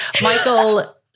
Michael